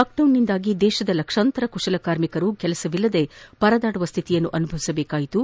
ಲಾಕ್ಡೌನ್ನಿಂದಾಗಿ ದೇಶದ ಲಕ್ಷಾಂತರ ಕುಶಲಕಾರ್ಮಿಕರು ಕೆಲಸವಿಲ್ಲದೆ ಪರದಾಡುವ ಸ್ವಿತಿಯನ್ನು ಅನುಭವಿಸಬೇಕಾಯಿತು